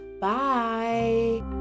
Bye